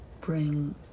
bring